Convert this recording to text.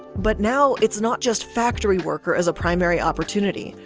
but now it's not just factory worker as a primary opportunity.